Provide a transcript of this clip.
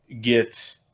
get